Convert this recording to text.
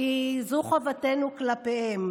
כי זו חובתנו כלפיהם.